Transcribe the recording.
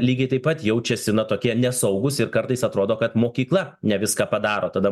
lygiai taip pat jaučiasi na tokie nesaugūs ir kartais atrodo kad mokykla ne viską padaro tada